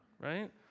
right